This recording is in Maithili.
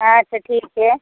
अच्छा ठीक छै